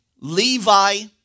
Levi